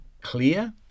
clear